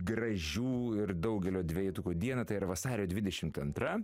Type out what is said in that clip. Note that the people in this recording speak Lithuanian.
gražių ir daugelio dvejetukų dieną tai yra vasario dvidešimt antra